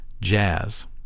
jazz